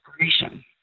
inspiration